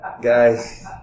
guys